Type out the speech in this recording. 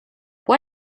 può